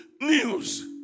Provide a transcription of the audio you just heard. news